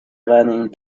running